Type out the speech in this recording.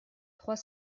trois